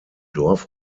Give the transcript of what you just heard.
dorf